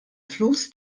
flus